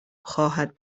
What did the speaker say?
خواهد